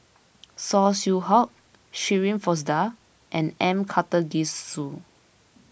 Saw Swee Hock Shirin Fozdar and M Karthigesu